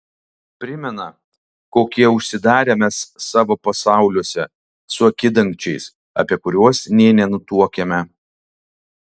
primena kokie užsidarę mes savo pasauliuose su akidangčiais apie kuriuos nė nenutuokiame